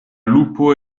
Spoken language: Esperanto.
lupo